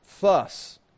thus